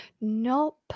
Nope